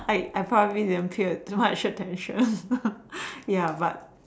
I I probably didn't teared I should I should but I